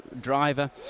driver